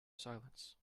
silence